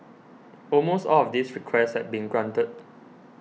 almost all of these requests had been granted